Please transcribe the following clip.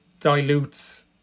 dilutes